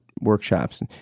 workshops